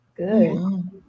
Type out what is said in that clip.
Good